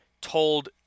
told